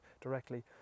directly